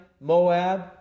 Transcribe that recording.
Moab